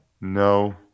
No